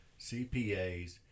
CPAs